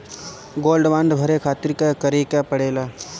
Gold bond भरे खातिर का करेके पड़ेला?